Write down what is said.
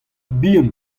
bihan